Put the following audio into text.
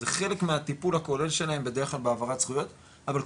זה חלק מהטיפול הכולל שלהם בדרך כלל בהעברת זכויות אבל